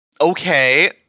okay